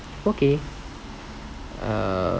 okay err